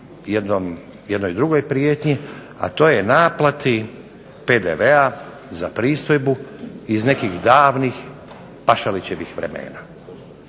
jednoj drugoj prijetnji, a to je naplati PDV-a za pristojbu iz nekih davnih Pašalićevih vremena.